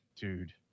dude